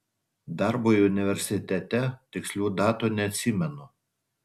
darbui universitete tikslių datų neatsimenu